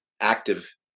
active